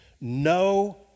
no